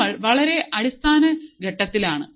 നമ്മൾ വളരെ അടിസ്ഥാന ഘട്ടത്തിലാണ്